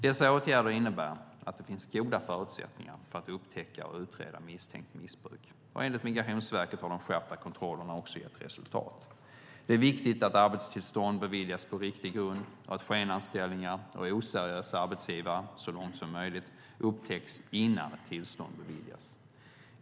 Dessa åtgärder innebär att det finns goda förutsättningar för att upptäcka och utreda misstänkt missbruk. Enligt Migrationsverket har de skärpta kontrollerna också gett resultat. Det är viktigt att arbetstillstånd beviljas på riktig grund och att skenanställningar och oseriösa arbetsgivare, så långt som möjligt, upptäcks innan ett tillstånd beviljas.